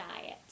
diet